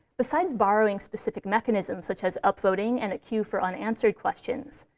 besides borrowing specific mechanisms, such as uploading and a queue for unanswered questions,